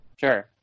Sure